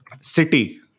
City